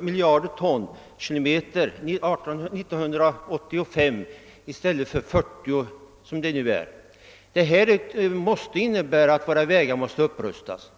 miljarder tonkilometer 1985 i stället för 40 miljarder tonkilometer som det nu är. Det är därför nödvändigt att våra vägar upprustas.